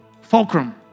Fulcrum